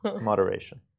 Moderation